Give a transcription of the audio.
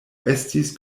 estis